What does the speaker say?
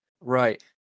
Right